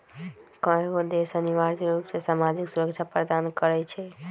कयगो देश अनिवार्ज रूप से सामाजिक सुरक्षा प्रदान करई छै